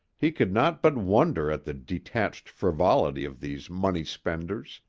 he could not but wonder at the detached frivolity of these money-spenders,